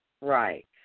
Right